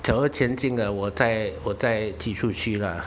假如钱进了我再我再寄出去啦